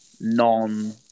non